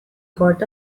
got